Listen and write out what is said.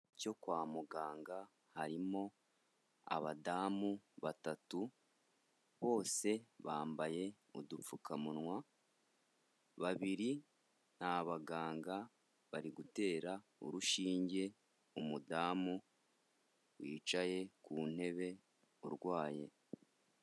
Cyo kwa muganga harimo abadamu batatu bose bambaye udupfukamunwa babiri ni abaganga bari gutera urushinge umudamu wicaye ku ntebe urwaye.